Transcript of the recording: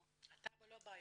הטאבו לא בעייתי.